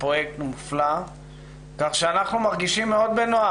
זה פרויקט נפלא כך שאנחנו מרגישים בוועדה הזאת מאוד בנוח,